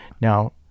Now